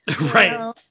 right